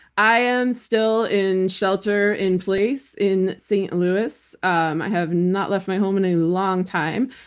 i am still in shelter-in-place in st. louis. um i have not left my home in a long time.